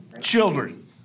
Children